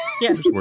Yes